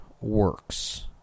works